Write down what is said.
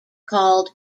called